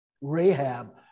Rahab